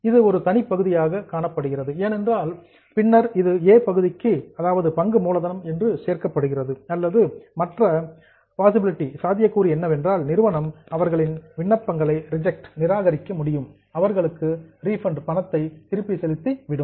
இது ஒரு தனிப் பகுதியாக காணப்படுகிறது ஏனென்றால் பின்னர் இது ஏ பகுதிக்கு அதாவது பங்கு மூலதனம் என்று சேர்க்கப்படுகிறது அல்லது மற்ற பாஸிபிலிடி சாத்தியக்கூறு என்னவென்றால் நிறுவனம் அவர்களின் விண்ணப்பங்களை ரிஜெக்ட் நிராகரிக்க முடியும் அவர்களுக்கு ரீபண்ட் பணத்தை திருப்பி செலுத்திவிடும்